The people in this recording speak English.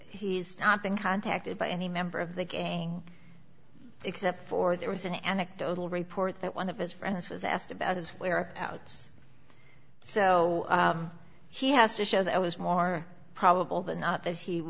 he's not been contacted by any member of the gang except for there was an anecdotal report that one of his friends was asked about his whereabouts so he has to show that was more probable than not that he